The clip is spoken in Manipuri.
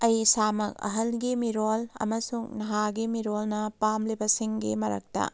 ꯑꯩ ꯏꯁꯥꯃꯛ ꯑꯍꯜꯒꯤ ꯃꯤꯔꯣꯜ ꯑꯃꯁꯨꯡ ꯅꯍꯥꯒꯤ ꯃꯤꯔꯣꯜꯅ ꯄꯥꯝꯂꯤꯕꯁꯤꯡꯒꯤ ꯃꯔꯛꯇ